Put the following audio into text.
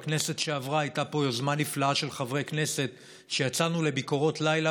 בכנסת שעברה הייתה פה יוזמה נפלאה של חברי כנסת שיצאנו לביקורות לילה,